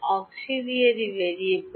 auxiliary variable